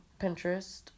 Pinterest